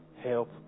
help